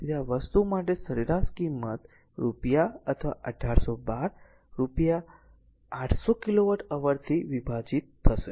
તેથી આ વસ્તુ માટે સરેરાશ કિંમત રૂપિયા અથવા 1812 રૂપિયા 800 કિલોવોટ અવર થી વિભાજીત થશે